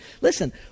Listen